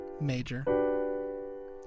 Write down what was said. major